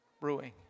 brewing